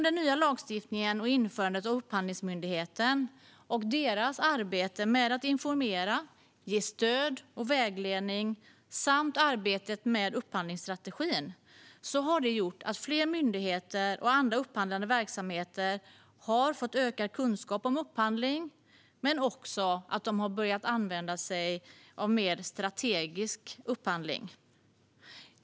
Den nya lagstiftningen och införandet av Upphandlingsmyndigheten och deras arbete med att informera och ge stöd och vägledning samt arbetet med upphandlingsstrategin har gjort att fler myndigheter och andra upphandlande verksamheter fått ökad kunskap om upphandling, men också att de har börjat använda sig av mer strategisk upphandling.